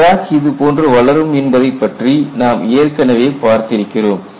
crack இதுபோன்று வளரும் என்பதைப் பற்றி நாம் ஏற்கனவே பார்த்திருக்கிறோம்